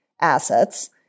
assets